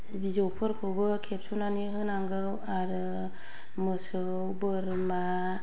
बिजौफोरखौबो खेबस'नानै होनांगौ आरो मोसौ बोरमा